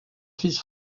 fils